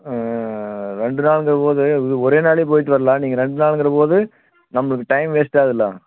ரெண்டு நாளுங்கிறபோது ஒரே நாளில்யே போயிட்டு வரலாம் நீங்கள் ரெண்டு நாளுங்கிறபோது நம்மளுக்கு டைம் வேஸ்ட் ஆகுதில்ல